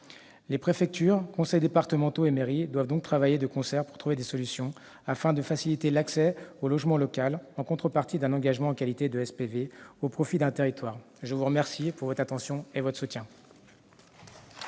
Les préfectures, conseils départementaux et mairies doivent donc travailler de concert pour trouver des solutions afin de faciliter l'accès au logement local, en contrepartie d'un engagement en qualité de SPV au profit d'un territoire. Je vous remercie pour votre soutien.